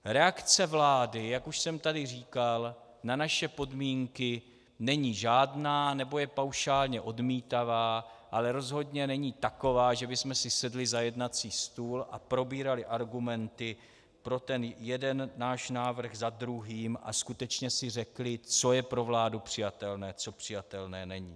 Reakce vlády, jak už jsem tady říkal, na naše podmínky není žádná, nebo je paušálně odmítavá, ale rozhodně není taková, že bychom si sedli za jednací stůl a probírali argumenty pro jeden náš návrh za druhým a skutečně si řekli, co je pro vládu přijatelné, co přijatelné není.